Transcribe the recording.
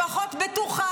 לפחות בטוחה,